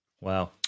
Wow